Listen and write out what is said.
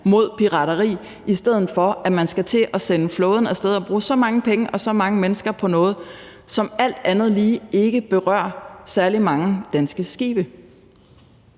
mod pirateri, i stedet for at man skal til at sende flåden af sted og bruge så mange penge og så mange mennesker på noget, som alt andet lige ikke berører særlig mange danske skibe.